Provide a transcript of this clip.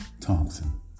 Thompson